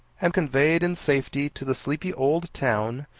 and conveyed in safety to the sleepy old town,